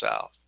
south